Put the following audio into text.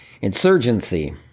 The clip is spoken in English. Insurgency